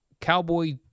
Cowboy